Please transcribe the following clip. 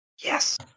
Yes